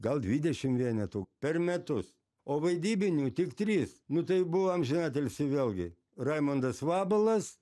gal dvidešim vienetų per metus o vaidybinių tik trys nu tai buvo amžinatilsį vėlgi raimondas vabalas